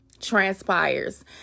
transpires